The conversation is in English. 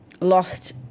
lost